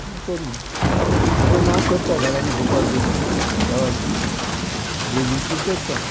आनी करी आजून हांव करता घरान गुपाक घेवन ती देवाची जेजुलची करता